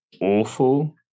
awful